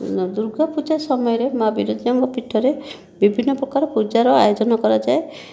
ଦୁର୍ଗା ପୂଜା ସମୟରେ ମାଆ ବିରଜାଙ୍କ ପୀଠରେ ବିଭିନ୍ନ ପ୍ରକାର ପୂଜାର ଆୟୋଜନ କରାଯାଏ